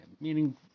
meaning